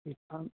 एखन